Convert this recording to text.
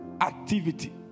activity